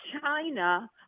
China